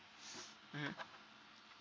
mmhmm